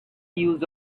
use